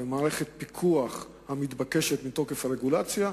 וחסרה מערכת הפיקוח המתבקשת מתוקף הרגולציה,